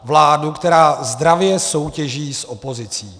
Vládu, která zdravě soutěží s opozicí.